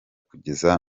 kugeza